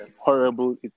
horrible